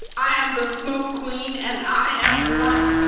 i am the smoke queen and i am black.